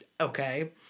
okay